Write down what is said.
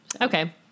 Okay